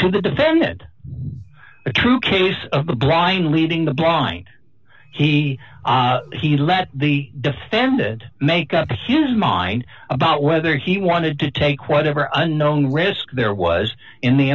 to the defended a true case of the blind leading the blind he let the defended make up his mind about whether he wanted to take whatever unknown risk there was in the